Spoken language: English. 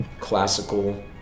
Classical